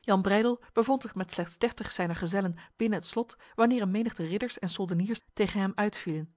jan breydel bevond zich met slechts dertig zijner gezellen binnen het slot wanneer een menigte ridders en soldeniers tegen hem uitvielen